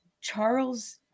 Charles